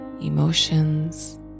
emotions